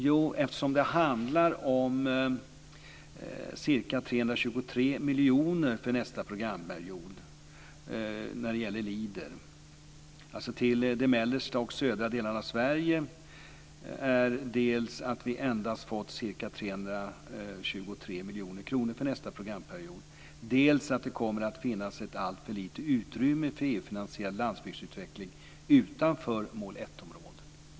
Jo, eftersom vi när det gäller Leader till de mellersta och södra delarna av Sverige dels endast har fått ca 323 miljoner kronor för nästa programperiod, dels för att det kommer att finnas ett alltför litet utrymme för EU området.